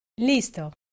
Listo